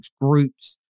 groups